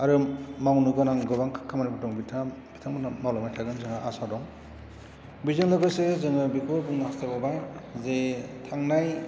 आरो मावनो गोनां गोबां खा खामानिफोर दं बिथाङा बिथांमोना मावलांबाय थागोन जोंहा आसा दं बेजों लोगोसे जोङो बेखौ बुंनो हास्थाइबावबाय जे थांनाय